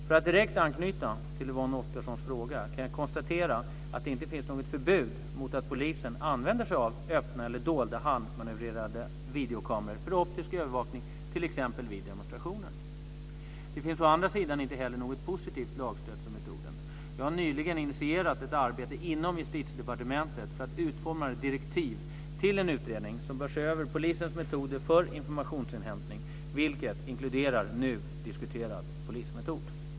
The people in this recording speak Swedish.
För att direkt anknyta till Yvonne Oscarssons fråga kan jag konstatera att det inte finns något förbud mot att polisen använder sig av öppna eller dolda handmanövrerade videokameror för optisk övervakning t.ex. vid demonstrationer. Det finns å andra sidan inte heller något positivt lagstöd för metoden. Jag har nyligen initierat ett arbete inom Justitiedepartementet för att utforma direktiv till en utredning som bör se över polisens metoder för informationsinhämtning, vilket inkluderar nu diskuterad polismetod.